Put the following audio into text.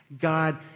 God